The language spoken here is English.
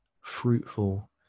fruitful